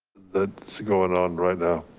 ah going on right now,